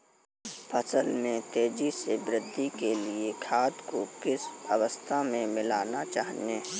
फसल में तेज़ी से वृद्धि के लिए खाद को किस अवस्था में मिलाना चाहिए?